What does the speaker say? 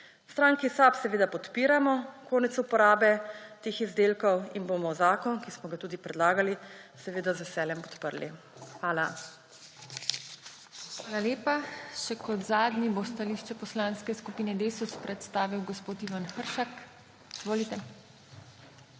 stranki SAB seveda podpiramo konec uporabe teh izdelkov in bomo zakon, ki smo ga tudi predlagali, seveda z veseljem podprli. Hvala. PODPREDSEDNICA TINA HEFERLE: Hvala lepa. Še kot zadnji bo stališče Poslanske skupine Desus predstavil gospod Ivan Hršak. Izvolite.